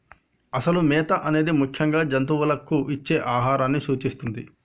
అసలు మేత అనేది ముఖ్యంగా జంతువులకు ఇచ్చే ఆహారాన్ని సూచిస్తుంది